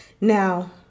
Now